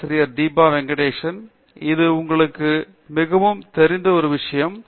பேராசிரியர் தீபா வெங்கடேசன் இது உங்களுக்கு மிகவும் தெரிந்த ஒரு விஷயம்